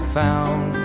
found